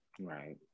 Right